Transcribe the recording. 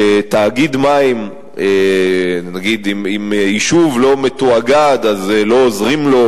שתאגיד מים, אם יישוב לא מתואגד אז לא עוזרים לו,